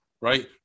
right